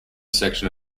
section